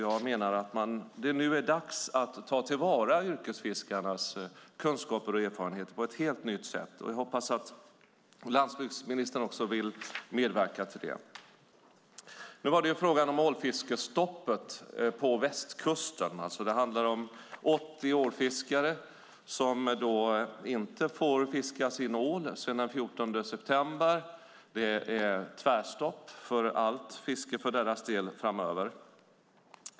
Jag menar att det nu är dags att ta till vara yrkesfiskarnas kunskaper och erfarenheter på ett helt nytt sätt. Jag hoppas att landsbygdsministern vill medverka till det. Nu gäller det frågan om ålfiskestoppet på västkusten. Det handlar om 80 ålfiskare som inte får fiska sin ål sedan den 14 september. Det är tvärstopp för allt fiske för deras del framöver.